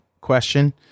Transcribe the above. question